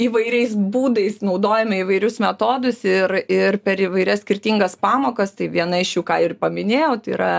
įvairiais būdais naudojame įvairius metodus ir ir per įvairias skirtingas pamokas tai viena iš jų ką ir paminėjau tai yra